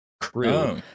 crew